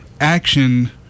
action